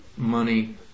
money